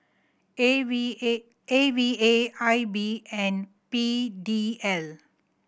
A V A A V A I B and P D L